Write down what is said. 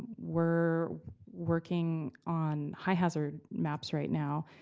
we're working on high-hazard maps right now.